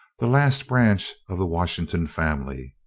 the last branch of the washington family.